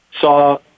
saw